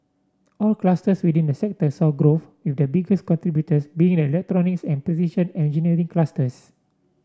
all clusters within the sector saw growth with the biggest contributors being the electronics and precision engineering clusters